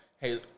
hey